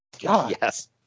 yes